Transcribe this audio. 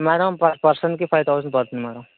madam per పర్సన్కి five thousand పడుతుంది madam